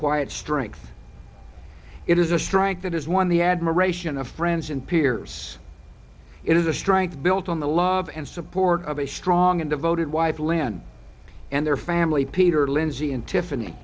quiet strength it is a strength that has won the admiration of friends and peers it is a strength built on the love and support of a strong and devoted wife lynne and their family peter lindsay and tiffany